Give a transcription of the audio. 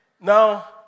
Now